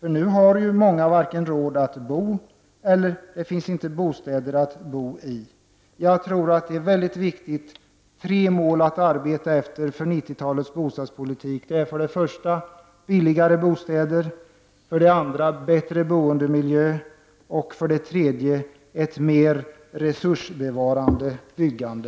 I dag har många inte råd att bo och det finns inte heller bostäder att bo i Jag tror att följande tre mål är mycket viktiga att arbeta för när det gäller 90-talets bostadspolitik. Det gäller för det första billigare bostäder, för det andra bättre boendemiljö och för det tredje ett mer resursbevarande byggande.